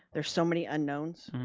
there's so many unknowns,